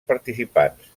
participants